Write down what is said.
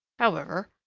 however,